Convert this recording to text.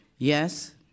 Yes